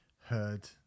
heard